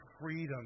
freedom